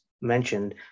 mentioned